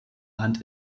hand